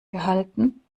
gehalten